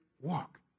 walk